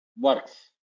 works